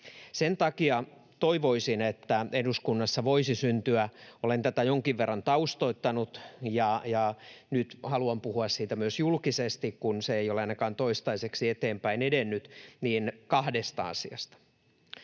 Sen takia toivoisin, että eduskunnassa voisi syntyä... Olen tätä jonkin verran taustoittanut, ja nyt haluan puhua siitä myös julkisesti, kun se ei ole ainakaan toistaiseksi eteenpäin edennyt, siis kahdesta asiasta.